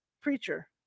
Preacher